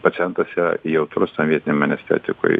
pacientas yra jautrus tam vietiniam enestetikui